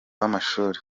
b’amashuri